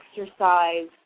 exercise